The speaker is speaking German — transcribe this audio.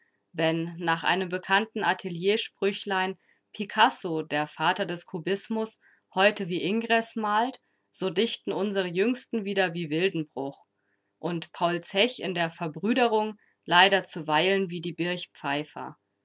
wenn nach einem bekannten ateliersprüchlein picasso der vater des kubismus heute wie ingres malt so dichten unsere jüngsten wieder wie wildenbruch und paul zech in der verbrüderung leider zuweilen wie die